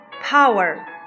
power